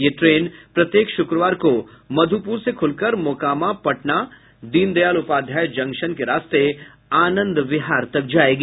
यह ट्रेन प्रत्येक शुक्रवार को मधुपुर से खुलकर मोकामा पटना दीन दयाल उपाध्याय जंक्शन के रास्ते आनंद विहार तक जायेगी